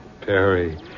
Perry